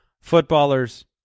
footballers